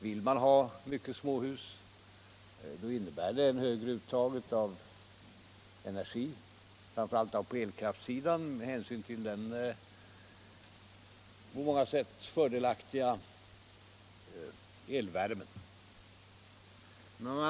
Vill man ha mycket småhus innebär det ett högre uttag av energi, framför allt på elkraftsidan med hänsyn till den på många sätt fördelaktiga elvärmen.